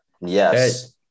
Yes